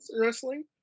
wrestling